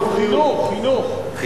חינוך, חינוך.